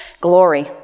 Glory